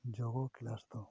ᱡᱳᱜᱟ ᱠᱞᱟᱥ ᱫᱚ